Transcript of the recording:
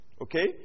Okay